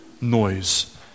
noise